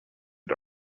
did